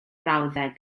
brawddeg